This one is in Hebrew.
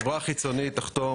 חברה חיצונית תחתום,